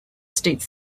states